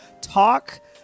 talk